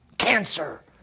cancer